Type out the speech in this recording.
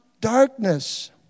darkness